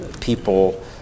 people